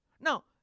Now